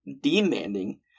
demanding